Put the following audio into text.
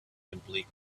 simply